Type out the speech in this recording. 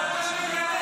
די,